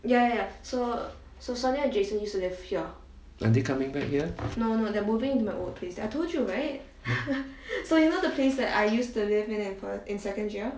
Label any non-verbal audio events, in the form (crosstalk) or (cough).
are they coming back here (noise)